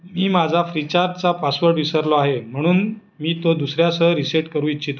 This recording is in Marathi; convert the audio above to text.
मी माझा फ्री चार्जचा पासवर्ड विसरलो आहे म्हणून मी तो दुसऱ्यासह रिसेट करू इच्छितो